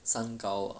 三高 ah